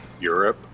Europe